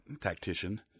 tactician